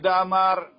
Damar